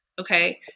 Okay